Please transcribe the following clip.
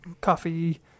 coffee